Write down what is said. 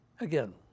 again